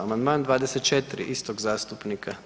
Amandman 24. istog zastupnika.